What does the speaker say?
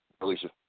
Alicia